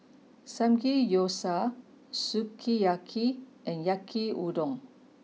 Samgeyopsal Sukiyaki and Yaki Udon